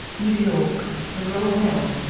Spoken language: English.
new york mcgraw-hill.